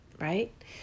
right